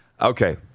Okay